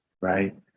right